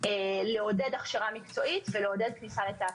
לעודד הכשרה מקצועית וכניסה לתעסוקה.